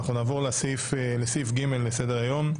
נעבור לסעיף ג' בסדר-היום: